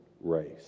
race